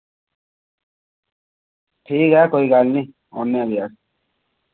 ठीक ऐ कोई गल्ल नि औनेआं फ्ही अस